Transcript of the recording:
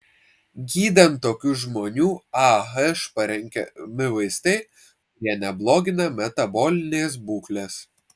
gydant tokių žmonių ah parenkami vaistai kurie neblogina metabolinės būklės